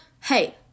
hey